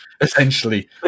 essentially